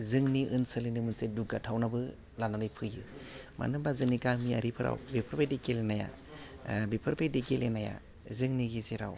जोंनि ओनसोलनि मोनसे दुगाथावनाबो लानानै फैयो मानो होमबा जोंनि गामियारिफोराव बेफोरबायदि गेलेनाया ओह बेफोर बायदि गेलेनाया जोंनि गेजेराव